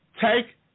Take